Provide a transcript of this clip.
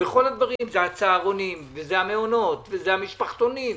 זה הצהרונים והמעונות והמשפחתונים.